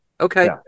Okay